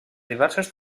diverses